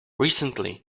recently